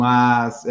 Mas